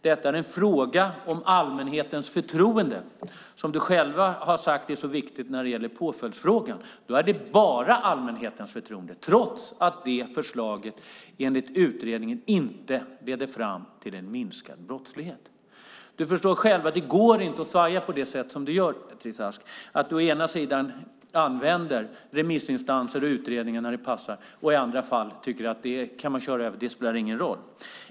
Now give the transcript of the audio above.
Det är en fråga om allmänhetens förtroende, som du själv har sagt är så viktigt när det gäller påföljdsfrågan. Då handlar det bara om allmänhetens förtroende, trots att förslaget enligt utredningen inte leder fram till en minskad brottslighet. Du förstår själv att det inte går att svaja på det sätt du gör, Beatrice Ask, och använda remissinstanser och utredningar när det passar och i andra fall tycka att man kan köra över dem, för de spelar ingen roll.